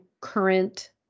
current